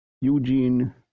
Eugene